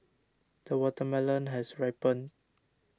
the watermelon has ripened